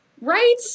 Right